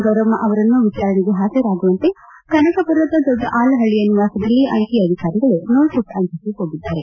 ಗೌರಮ್ಮ ಅವರನ್ನು ವಿಚಾರಣೆಗೆ ಹಾಜರಾಗುವಂತೆ ಕನಕಪುರದ ದೊಡ್ಡ ಆಲಹಳ್ಳಿಯ ನಿವಾಸದಲ್ಲಿ ಐಟಿ ಅಧಿಕಾರಿಗಳು ನೋಟಿಸ್ ಅಂಟಿಸಿ ಹೋಗಿದ್ದಾರೆ